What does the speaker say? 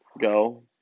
go